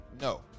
No